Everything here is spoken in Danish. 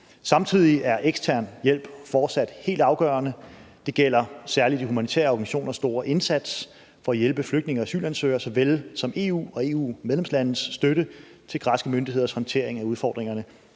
Samtidig er ekstern hjælp fortsat helt afgørende. Det gælder særlig de humanitære organisationers store indsats for at hjælpe flygtninge og asylansøgere såvel som EU og EU's medlemslandes støtte til græske myndigheders håndtering af udfordringerne.